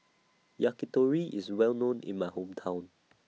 Yakitori IS Well known in My Hometown